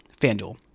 FanDuel